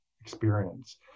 experience